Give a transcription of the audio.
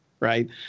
right